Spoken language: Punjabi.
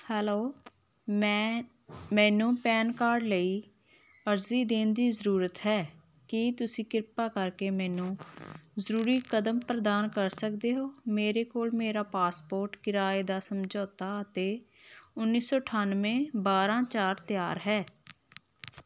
ਹੈਲੋ ਮੈਂ ਮੈਨੂੰ ਪੈਨ ਕਾਰਡ ਲਈ ਅਰਜ਼ੀ ਦੇਣ ਦੀ ਜ਼ਰੂਰਤ ਹੈ ਕੀ ਤੁਸੀਂ ਕ੍ਰਿਪਾ ਕਰਕੇ ਮੈਨੂੰ ਜ਼ਰੂਰੀ ਕਦਮ ਪ੍ਰਦਾਨ ਕਰ ਸਕਦੇ ਹੋ ਮੇਰੇ ਕੋਲ ਮੇਰਾ ਪਾਸਪੋਰਟ ਕਿਰਾਏ ਦਾ ਸਮਝੌਤਾ ਅਤੇ ਉੱਨੀ ਸੋ ਅਠਾਨਵੇਂ ਬਾਰਾਂ ਚਾਰ ਤਿਆਰ ਹੈ